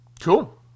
Cool